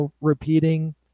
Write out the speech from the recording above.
repeating